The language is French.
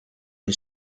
une